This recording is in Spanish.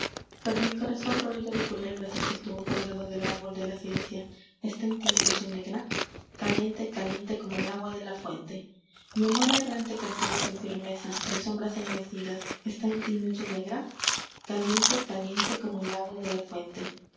pero mi corazón roído de culebras el que estuvo colgado del árbol de la ciencia está en ti noche negra caliente caliente como el agua de la fuente